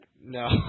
No